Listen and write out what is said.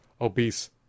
obese